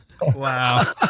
Wow